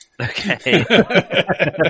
Okay